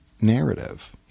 narrative